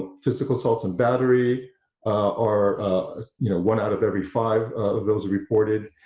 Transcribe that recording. physical assaults and battery are you know one out of every five of those reported.